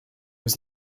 was